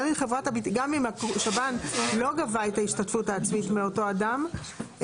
גם אם השב"ן לא גבה את ההשתתפות העצמית מאותו אדם,